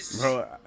Bro